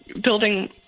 building